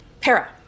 para